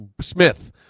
Smith